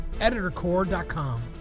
EditorCore.com